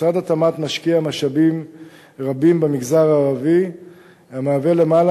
משרד התמ"ת משקיע משאבים רבים במגזר הערבי ומעביר למעלה